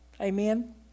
Amen